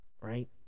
right